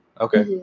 Okay